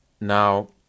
Now